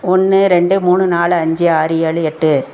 ஒன்று ரெண்டு மூணு நாலு அஞ்சு ஆறு ஏழு எட்டு